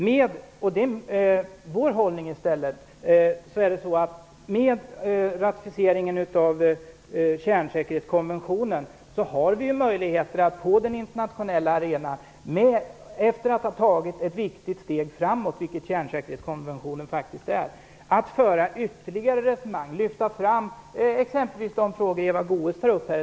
Med vår hållning har vi i stället genom ratificeringen av kärnsäkerhetskonventionen möjligheter att - efter att ha tagit det viktiga steg framåt som kärnsäkerhetskonventionen faktiskt innebär - på den internationella arenan föra ytterligare resonemang och lyfta fram exempelvis de frågor som Eva Goës tar upp.